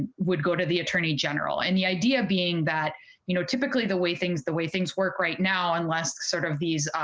would go to the attorney general and the idea being that you know typically the way things the way things work right now unless sort of these.